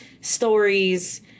stories